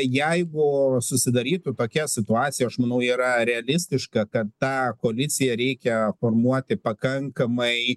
jeigu susidarytų tokia situacija aš manau yra realistiška kad tą koaliciją reikia formuoti pakankamai